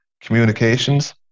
Communications